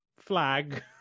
flag